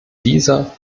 dieser